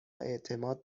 اعتماد